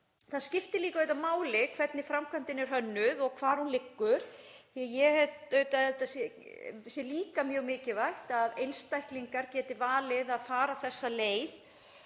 Það skiptir líka máli hvernig framkvæmdin er hönnuð og hvar hún liggur því að ég held að það sé líka mjög mikilvægt að einstaklingar geti valið að fara þessa leið